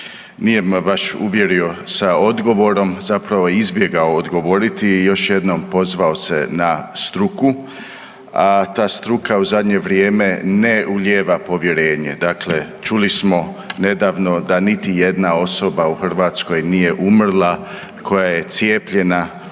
Nije me baš uvjerio sa odgovorom. Zapravo je izbjegao odgovoriti i još jednom pozvao se na struku, a ta struka u zadnje vrijeme ne ulijeva povjerenje. Dakle, čuli smo nedavno da niti jedna osoba u Hrvatskoj nije umrla koja je cijepljena